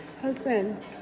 Husband